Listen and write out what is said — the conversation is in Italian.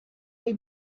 hai